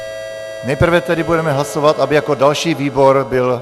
Nejprve tedy budeme hlasovat, aby jako další výbor byl...